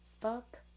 Fuck